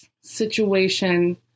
situation